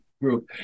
group